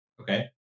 Okay